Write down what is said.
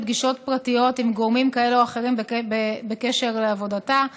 פגישות פרטיות עם גורמים כאלה או אחרים בקשר לעבודתה.